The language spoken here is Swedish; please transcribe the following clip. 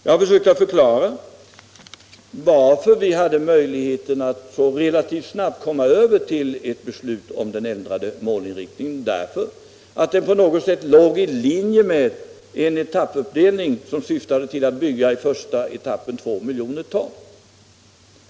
Jag har försökt förklara att vi hade möjlighet att så relativt snabbt besluta om ändrad målinriktning därför att det låg i linje med den etappuppdelning som syftade till att i första etappen bygga för 2 miljoner ton.